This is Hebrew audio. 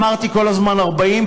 אמרתי כל הזמן 40,